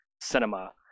Cinema